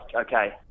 okay